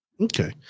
Okay